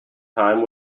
time